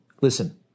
listen